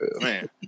Man